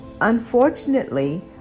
Unfortunately